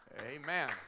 amen